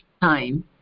time